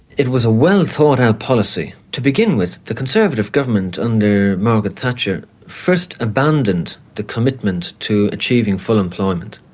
it was a well thought out policy. to begin with the conservative government under margaret thatcher first abandoned the commitment to achieving full employment.